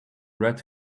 red